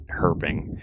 herping